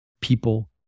People